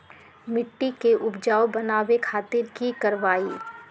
मिट्टी के उपजाऊ बनावे खातिर की करवाई?